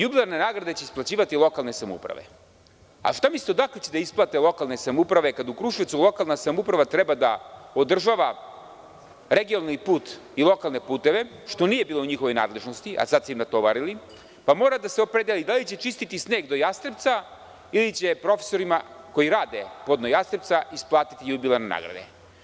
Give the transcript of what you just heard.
Jubilarne nagrade će isplaćivati lokalne samouprave, a šta mislite odakle će da isplate lokalne samouprave, kada u Kruševcu lokalna samouprava treba da održava regionalni put i lokalne puteve, što nije bilo u njihovoj nadležnosti, a sada ste im natovarili, pa mora da se opredele da li će čistiti sneg do Jastrepca, ili će profesorima koji rade podno Jastrepca isplatiti jubilarne nagrade.